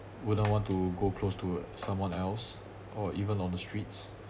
wouldn't want to go close to someone else or even on the streets